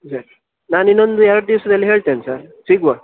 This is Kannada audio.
ಸರಿ ನಾನು ಇನ್ನೊಂದು ಎರಡು ದಿವಸದಲ್ಲಿ ಹೇಳ್ತೇನೆ ಸರ್ ಸಿಗುವಾ